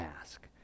ask